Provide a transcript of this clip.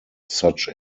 such